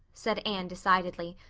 said anne decidedly,